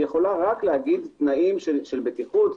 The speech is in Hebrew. היא יכולה רק לומר תנאים של בטיחות,